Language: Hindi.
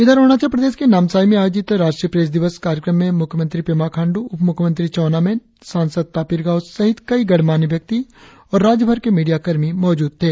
इधर अरुणाचल प्रदेश के नामसाई में आयोजित राष्ट्रीय प्रेस दिवस कार्यक्रम में मुख्यमंत्री पेमा खांडू उपमुख्यमंत्री चाउना मैन सांसद तापिर गाव सहित कई गणमान्य व्यक्ति और राज्यभर के मीडिया कर्मी मौजूद थे